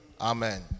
Amen